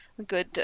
good